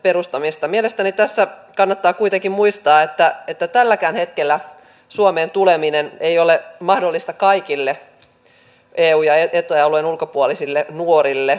mielestäni tässä kannattaa kuitenkin muistaa että tälläkään hetkellä suomeen tuleminen ei ole mahdollista kaikille eu ja eta alueen ulkopuolisille nuorille